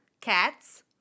cats